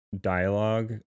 dialogue